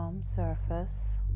Surface